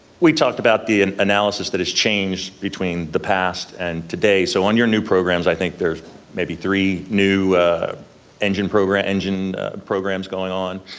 we talked about the and analysis that has changed between the past and today, so on your new programs, i think there's maybe three new engine programs engine programs going on.